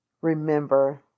Remember